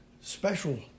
special